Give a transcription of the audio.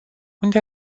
unde